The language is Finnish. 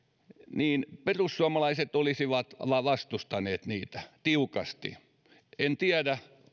perussuomalaiset olisivat vastustaneet tiukasti en tiedä